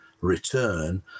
return